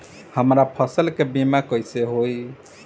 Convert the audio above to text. हमरा फसल के बीमा कैसे होई?